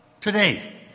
today